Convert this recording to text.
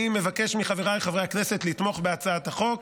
אני מבקש מחבריי חברי הכנסת לתמוך בהצעת החוק.